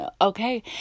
Okay